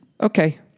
okay